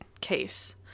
case